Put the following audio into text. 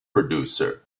producer